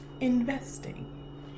Investing